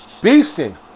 beasting